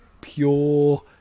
pure